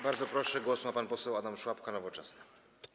Bardzo proszę, głos ma pan poseł Adam Szłapka, Nowoczesna.